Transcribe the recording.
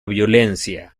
violencia